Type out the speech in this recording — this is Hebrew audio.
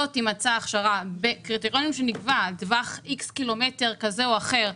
תימצא הכשרה - בקריטריונים שנקבע - בטווח איקס קילומטרים כזה או אחר,